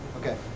Okay